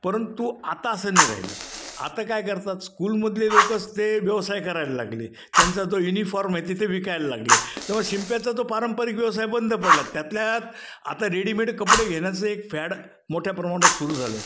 परंतु आता असं नाही राहिलं आता काय करतात स्कूलमधले लोकंच ते व्यवसाय करायला लागले त्यांचा जो युनिफॉर्म आहे ते ते विकायला लागले तेव्हा शिंप्याचा जो पारंपरिक व्यवसाय बंद पडला त्यातल्या त्यात आता रेडिमेड कपडे घेण्याचं एक फॅड मोठ्या प्रमाणात सुरू झालं